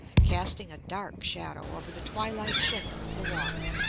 casting a dark shadow over the twilight shimmer of the water.